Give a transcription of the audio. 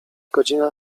godzina